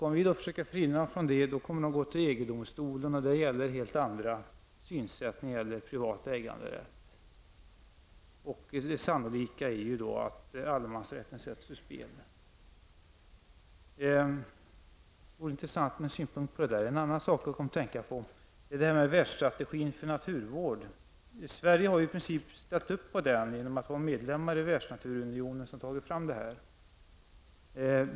Om vi försöker att förhindra dem att kräva detta, kommer de att gå till EG domstolen, och där gäller helt andra synsätt i fråga om privat äganderätt. Det sannolika är då att allemansrätten sätts ur spel. Det vore intressant med några synpunkter på detta. En annan sak som jag kom att tänka på gäller världsstrategin för naturvård. Sverige har i princip ställt sig bakom den genom att vara medlem i Världsnaturunionen som tagit fram detta.